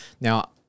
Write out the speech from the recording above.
Now